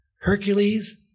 Hercules